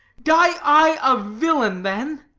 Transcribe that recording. die i a villain, then!